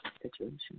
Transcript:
situation